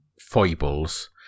foibles